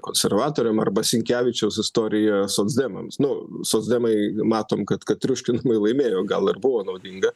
konservatoriam arba sinkevičiaus istorija socdemams nu socdemai matom kad kad triuškinamai laimėjo gal ir buvo naudinga